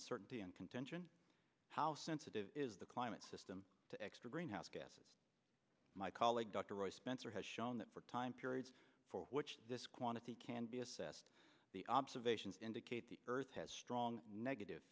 uncertainty and contention how sensitive is the climate system to extra greenhouse gases my colleague dr roy spencer has shown that for time periods for which this quantity can be assessed the observations indicate the earth has strong negative